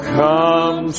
come